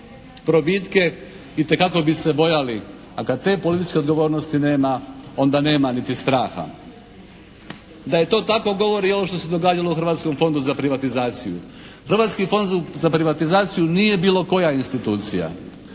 probitke itekako bi se bojali, a kada te političke odgovornosti nema onda nema niti straha. Da je to tako govori i ovo što se događalo u Hrvatskom fondu za privatizaciju. Hrvatski fond za privatizaciju nije bilo koja institucija.